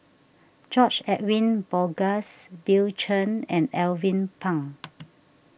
George Edwin Bogaars Bill Chen and Alvin Pang